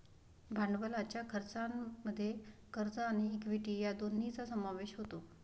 भांडवलाच्या खर्चामध्ये कर्ज आणि इक्विटी या दोन्हींचा समावेश होतो